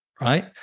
right